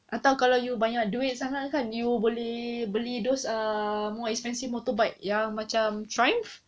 atau kalau you banyak duit sangat kan you boleh beli those err more expensive motorbike yang macam triumph